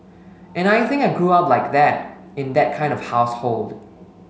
and I think I grew up like that in that kind of household